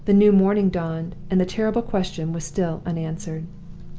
the new morning dawned and the terrible question was still unanswered.